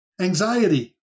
anxiety